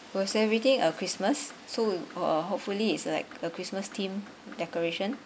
we're celebrating uh christmas so uh hopefully it's like a christmas theme decoration